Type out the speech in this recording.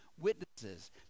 witnesses